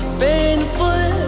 painful